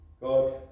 God